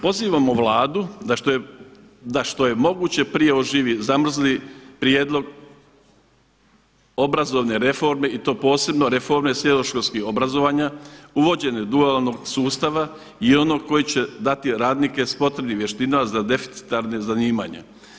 Pozivamo Vladu da što je moguće prije oživi zamrzli prijedlog obrazovne reforme i to posebno reforme srednjoškolskih obrazovanja, uvođenje dualnog sustava i onog koji će dati radnike sa potrebnim vještinama za deficitarnim zanimanjem.